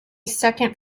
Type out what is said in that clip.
second